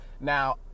Now